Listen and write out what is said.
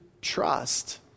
trust